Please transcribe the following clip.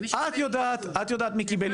את יודעת מי קיבל אישור --- יכול להיות